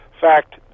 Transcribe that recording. fact